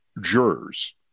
jurors